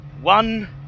One